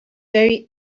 very